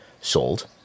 sold